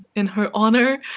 in her honor.